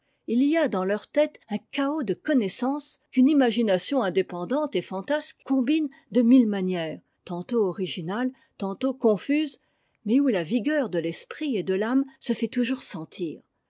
il y a dans leur tête un chaos de connaissances qu'une imagination indépendante et fantasque combine de mille manières tantôt originates tantôt confuses mais où la vigueur de l'esprit et de l'âme se fait toujours sentir